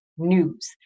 News